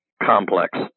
Complex